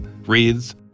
reads